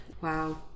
wow